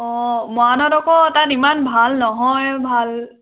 অ মৰাণত আকৌ তাত ইমান ভাল নহয় ভাল